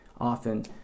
often